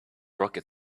rocket